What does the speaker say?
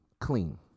clean